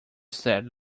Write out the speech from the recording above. said